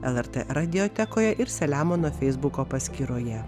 lrt radiotekoje ir selemono feisbuko paskyroje